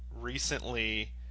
recently